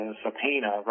subpoena